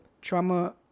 trauma